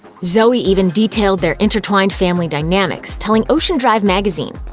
zoe even detailed their intertwined family dynamics, telling ocean drive magazine,